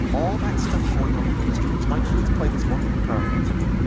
all that stuff going on with the instruments mike please play this one little part. once again.